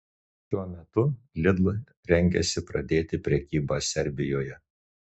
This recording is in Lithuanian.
šiuo metu lidl rengiasi pradėti prekybą serbijoje